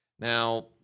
Now